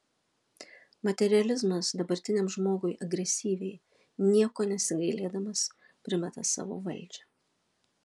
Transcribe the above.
materializmas dabartiniam žmogui agresyviai nieko nesigailėdamas primeta savo valdžią